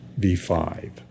V5